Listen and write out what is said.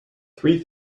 three